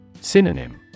Synonym